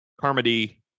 Carmody